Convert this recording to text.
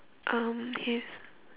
um his